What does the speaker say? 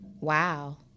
Wow